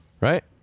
right